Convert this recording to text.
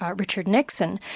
um richard nixon,